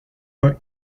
for